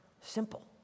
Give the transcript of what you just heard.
simple